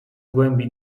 głębi